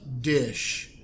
dish